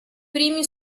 primi